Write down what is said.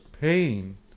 pain